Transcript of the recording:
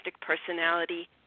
personality